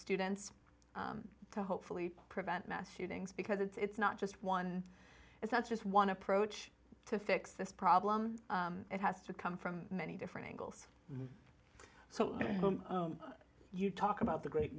students to hopefully prevent mass shootings because it's not just one it's not just one approach to fix this problem it has to come from many different angles so if you talk about the great